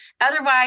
Otherwise